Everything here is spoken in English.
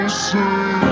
say